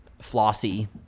flossy